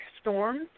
storms